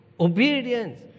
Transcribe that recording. obedience